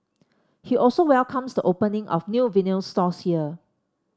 he also welcomes the opening of new vinyl stores here